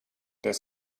their